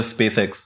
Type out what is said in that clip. SpaceX